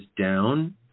down